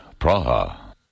Praha